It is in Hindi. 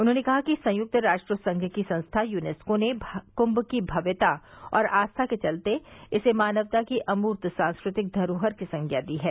उन्होंने कहा कि संयुक्त राष्ट्र संघ की संस्था यूनेस्को ने कुंभ की भव्यता और आस्था के चलते इसे मानवता की अमूर्त सांस्कृतिक धरोहर की संज्ञा दी है